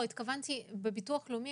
התכוונתי לעמדת ה"אל-תור" שיש בביטוח הלאומי,